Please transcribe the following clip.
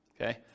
okay